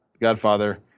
Godfather